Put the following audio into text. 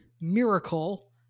miracle